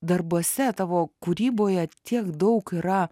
darbuose tavo kūryboje tiek daug yra